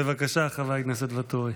בבקשה, חבר הכנסת ואטורי.